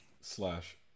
Slash